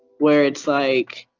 where it's like,